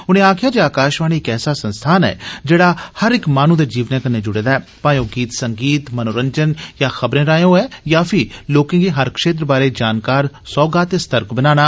उनें आक्खेआ जे आकाशवाणी इक ऐसा संस्थान ऐ जेहड़ा हर इक माहनू दे जीवनै कन्नै जुड़े दा ऐ भाएं ओ गीत मनोरंजन जां खबरें राएं होए जां फ्ही लोकें गी हर क्षेत्र बारे जानकार सौहगा ते सर्तक बनाना